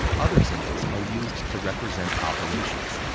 other symbols are used to represent operations.